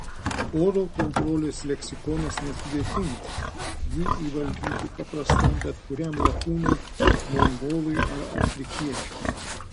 oro kontrolės leksikonas nesudėtingas jį įvaldyti paprasta bet kuriam lakūnui mongolui ar afrikiečiui